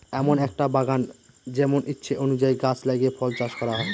এমন একটা বাগান যেমন ইচ্ছে অনুযায়ী গাছ লাগিয়ে ফল চাষ করা হয়